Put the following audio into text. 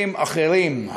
לנושאים אחרים,